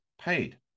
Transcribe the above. paid